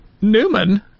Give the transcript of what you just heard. Newman